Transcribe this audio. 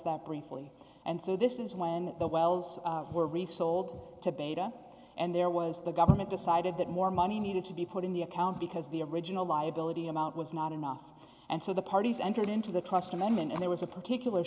that briefly and so this is when the wells were resold to beta and there was the government decided that more money needed to be put in the account because the original liability amount was not enough and so the parties entered into the trust amendment and there was a particular